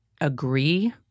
agree